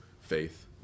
faith